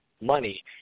money